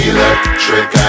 Electric